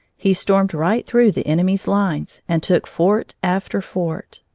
he stormed right through the enemies' lines and took fort after fort.